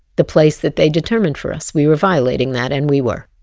the place that they determined for us. we were violating that and we were.